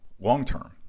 long-term